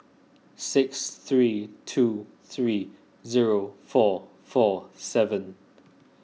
six three two three zero four four seven